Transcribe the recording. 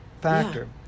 factor